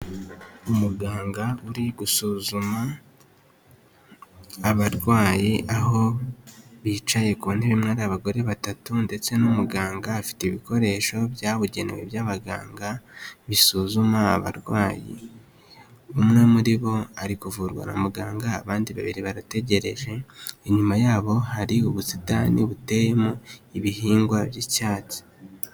Umuganga uri gusuzuma abarwayi aho bicaye ku ntebe imwe ari abagore batatu ndetse n'umuganga afite ibikoresho byabugenewe by'abaganga bisuzuma abarwayi, umwe muri bo ari kuvurwa na muganga abandi babiri barategereje inyuma yabo hari ubusitani buteyemo ibihingwa by'icyatsi.